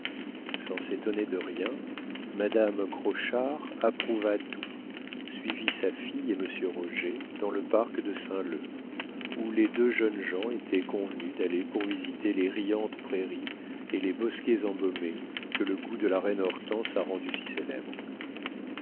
sans s'étonner de rien madame crochard approuva tout suivit sa fille et monsieur roger dans le parc de saint-leu où les deux jeunes gens étaient convenus d'aller pour visiter les riantes prairies et les bosquets embaumés que le goût de la reine hortense a rendus si célèbres